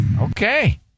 okay